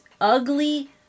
ugly